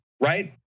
right